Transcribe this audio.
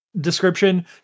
description